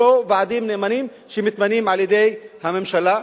ולא ועדים נאמנים שמתמנים על-ידי הממשלה.